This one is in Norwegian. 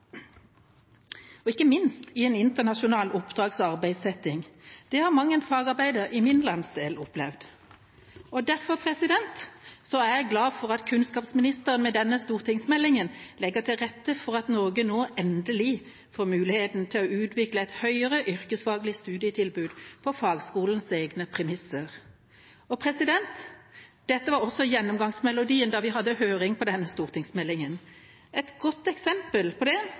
og til vanns, og ikke minst i en internasjonal oppdrags- og arbeidssetting. Det har mang en fagarbeider i min landsdel opplevd. Derfor er jeg glad for at kunnskapsministeren med denne stortingsmeldinga legger til rette for at Norge nå endelig får muligheten til å utvikle et høyere yrkesfaglig studietilbud på fagskolens egne premisser. Dette var også gjennomgangsmelodien da vi hadde høring om denne stortingsmeldinga. Et godt eksempel på det